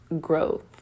growth